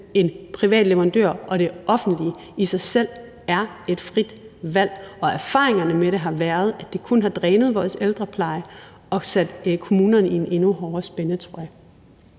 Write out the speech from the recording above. en privat leverandør og det offentlige i sig selv er et frit valg, og erfaringerne med det har været, at det kun har drænet vores ældrepleje og har sat kommunerne i en endnu strammere spændetrøje.